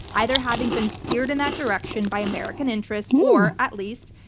either having been steered in that direction by american interests or, at least,